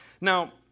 Now